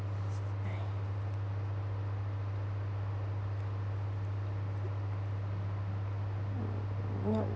mm not r~